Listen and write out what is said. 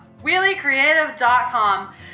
wheeliecreative.com